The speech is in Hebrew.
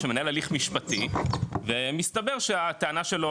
שמנהל הליך משפטי ומסתבר שהטענה שלו,